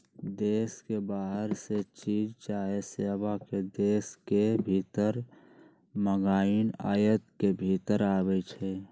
देश के बाहर से चीज चाहे सेवा के देश के भीतर मागनाइ आयात के भितर आबै छइ